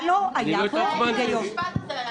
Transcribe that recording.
אתה צריך להעיר לה על המשפט הזה,